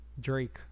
Drake